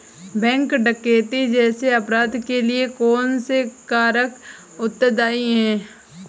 Bank डकैती जैसे अपराध के लिए कौन से कारक उत्तरदाई हैं?